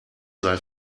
sei